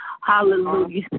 Hallelujah